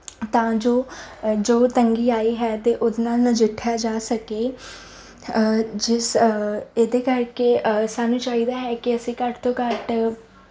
ਤਾਂ ਜੋ ਜੋ ਤੰਗੀ ਆਈ ਹੈ ਅਤੇ ਉਹਦੇ ਨਾਲ ਨਜਿੱਠਿਆ ਜਾ ਸਕੇ ਜਿਸ ਇਹਦੇ ਕਰਕੇ ਸਾਨੂੰ ਚਾਹੀਦਾ ਹੈ ਕਿ ਅਸੀਂ ਘੱਟ ਤੋਂ ਘੱਟ